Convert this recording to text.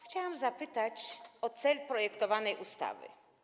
Chciałam zapytać o cel projektowanej ustawy.